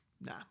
nah